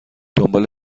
دنبال